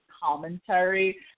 commentary